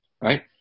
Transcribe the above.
right